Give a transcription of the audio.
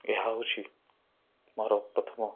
ଏହା ହେଉଛି ମୋର ପ୍ରଥମ